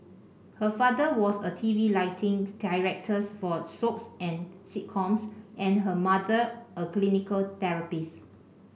her father was a TV lighting director for soaps and sitcoms and her mother a clinical therapist